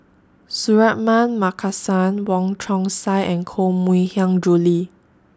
Suratman Markasan Wong Chong Sai and Koh Mui Hiang Julie